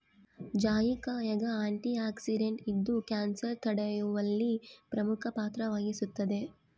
ಜಾಯಿಕಾಯಾಗ ಆಂಟಿಆಕ್ಸಿಡೆಂಟ್ ಇದ್ದು ಕ್ಯಾನ್ಸರ್ ತಡೆಯುವಲ್ಲಿ ಪ್ರಮುಖ ಪಾತ್ರ ವಹಿಸುತ್ತದೆ